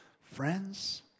friends